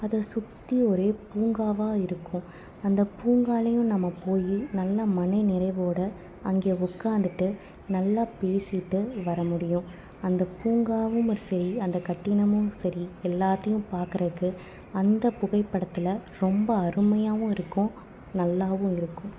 அதை சுற்றி ஒரே பூங்காவாக இருக்கும் அந்த பூங்காவிலையும் நம்ம போய் நல்லா மன நிறைவோட அங்கே உட்காந்துட்டு நல்லா பேசிட்டு வர முடியும் அந்த பூங்காவும் சரி அந்த கட்டிடமும் சரி எல்லாத்தையும் பார்க்குறக்கு அந்த புகைப்படத்தில் ரொம்ப அருமையாகவும் இருக்கும் நல்லாவும் இருக்கும்